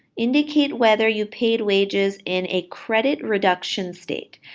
indicate whether you paid wages in a credit reduction state.